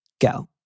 Go